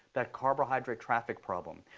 that carbohydrate traffic problem.